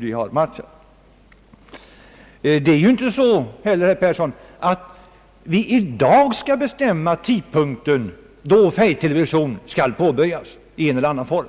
Vi skall ju inte i dag, herr Persson, bestämma tidpunkten för färgtelevisionens påbörjande i en eller annan form.